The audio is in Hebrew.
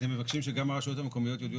אתם מבקשים שגם הרשויות המקומיות יודיעו